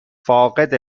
فاقد